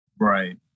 Right